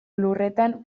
lurretan